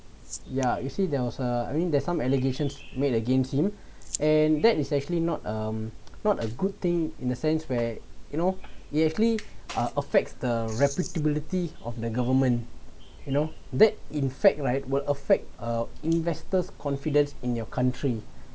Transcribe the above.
ya you see there was uh I mean there's some allegations made against him and that is actually not um not a good day in the sense where you know you actually uh affects the reputability of the government you know that in fact like will affect investors' confidence in your country